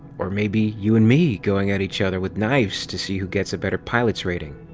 or maybe you and me going at each other with knives to see who gets a better pilot's rating?